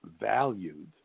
valued